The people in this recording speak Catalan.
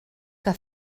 que